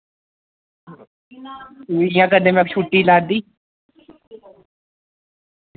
मी इ'यां कदें में छुट्टी लैती